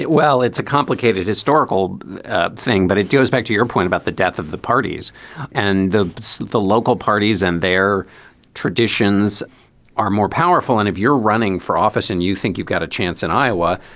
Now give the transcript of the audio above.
well, it's a complicated historical thing, but it goes back to your point about the death of the parties and the the local parties and their traditions are more powerful. and if you're running for office and you think you've got a chance in iowa,